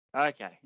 Okay